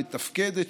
מתפקדת,